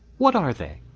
what are they?